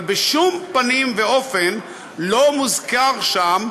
אבל בשום פנים ואופן לא מוזכרת שם